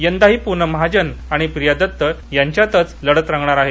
यदाही पूनम महाजन आणि प्रिया दत्त यांच्यात लढत रंगणार आहे